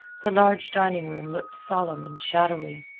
the large dining-room looked solemn and shadowy.